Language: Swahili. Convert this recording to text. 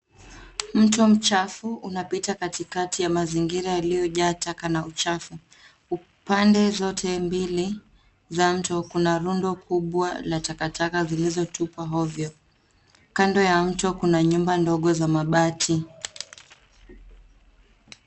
Mto mchafu unapita katikati ya mazingira yaliyojaa taka na uchafu. Upande zote mbili za mto kuna rundo kubwa la takataka zilizotupwa ovyo. Kando ya mto kuna nyumba ndogo za mabati.